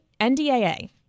NDAA